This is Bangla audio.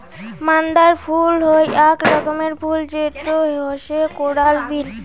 মান্দার ফুল হই আক রকমের ফুল যেটো হসে কোরাল বিন